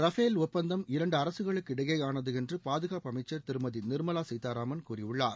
Rafale ஒப்பந்தம் இரண்டு அரசுகளுக்கு இடையேயானது என்று பாதுகாப்பு அமைச்சர் திருமதி நிர்மலா சீதாராமன் கூறியுள்ளார்